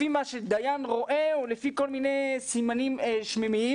לפי מה שדיין רואה או לפי כל מיני סימנים שמימיים.